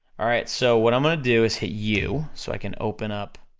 alright, so what i'm gonna do is hit u, so i can open up